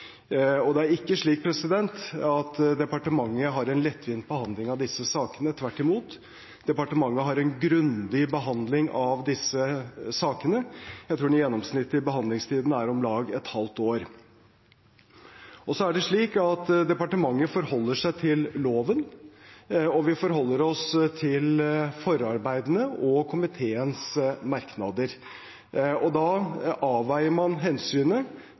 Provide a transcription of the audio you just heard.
Det er ikke slik at departementet har en lettvint behandling av disse sakene – tvert imot. Departementet har en grundig behandling av disse sakene. Jeg tror den gjennomsnittlige behandlingstiden er om lag et halvt år. Så er det slik at departementet forholder seg til loven. Vi forholder oss til forarbeidene og komiteens merknader. Da avveier man hensynet